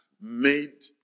made